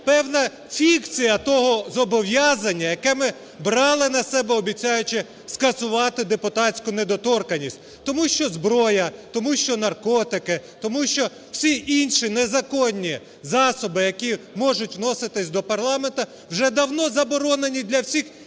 певна фікція того зобов'язання, яке ми брали на себе, обіцяючи скасувати депутатську недоторканність. Тому що зброя, тому що наркотики, тому що всі інші незаконні засоби, які можуть вноситись до парламенту, вже давно заборонені для всіх